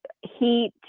heat